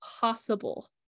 possible